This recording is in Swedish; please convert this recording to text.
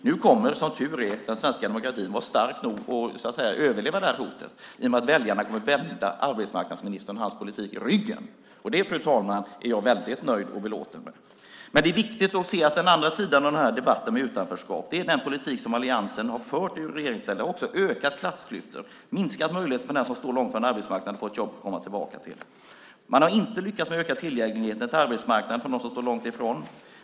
Nu kommer, som tur är, den svenska demokratin att vara stark nog att överleva hotet i och med att väljarna kommer att vända arbetsmarknadsministern och hans politik ryggen. Det, fru talman, är jag nöjd och belåten med. Det är viktigt att se den andra sidan av debatten om utanförskap. Den politik som alliansen har fört i regeringsställning har vidgat klassklyftor, minskat möjligheten för den som står långt från arbetsmarknaden att få ett jobb att komma tillbaka till. Man har inte lyckats öka tillgängligheten till arbetsmarknaden för dem som står långt ifrån.